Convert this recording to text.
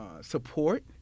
support